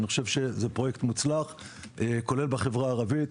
אני חושב שזה פרויקט מוצלח, כולל בחברה הערבית.